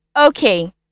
Okay